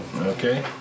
Okay